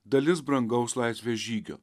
dalis brangaus laisvės žygio